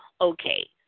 Okay